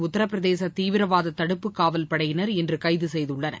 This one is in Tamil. உத்தரபிரதேச தீவிரவாத தடுப்பு காவல்படையினர் இன்று கைது செய்துள்ளனர்